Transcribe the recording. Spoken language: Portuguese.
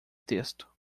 texto